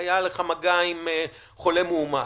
היה לך מגע עם חולה מאומת,